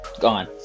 gone